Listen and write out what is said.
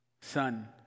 Son